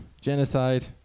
genocide